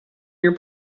your